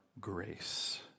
grace